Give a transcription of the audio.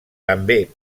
també